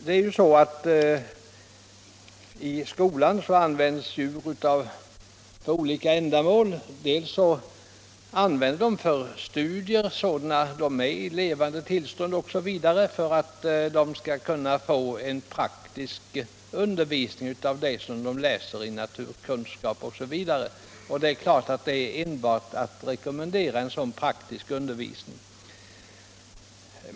Det är ju så att i skolan används djur för olika ändamål, bl.a. används de sådana de är i levande tillstånd för att eleverna skall få en praktisk undervisning i ämnet naturkunskap. Det är klart att en sådan praktisk undervisning är att rekommendera.